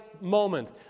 moment